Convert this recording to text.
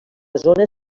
zona